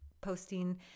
posting